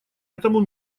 этому